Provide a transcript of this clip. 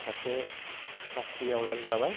सासे साख्रिआवला जाबाय